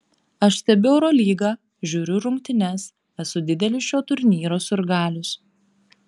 aš stebiu eurolygą žiūriu rungtynes esu didelis šio turnyro sirgalius